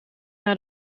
naar